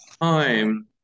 time